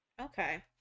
Okay